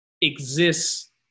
exists